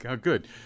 good